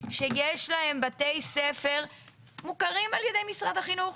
שיש להם בתי ספר מוכרים על ידי משרד החינוך,